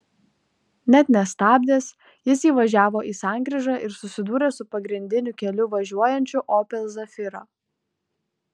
net nestabdęs jis įvažiavo į sankryžą ir susidūrė su pagrindiniu keliu važiuojančiu opel zafira